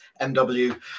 MW